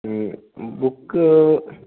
മ്മ് book